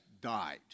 died